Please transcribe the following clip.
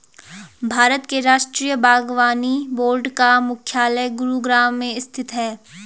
भारत के राष्ट्रीय बागवानी बोर्ड का मुख्यालय गुरुग्राम में स्थित है